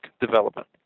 development